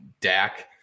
Dak